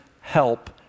help